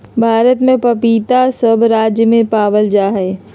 भारत में पपीता सब राज्य में पावल जा हई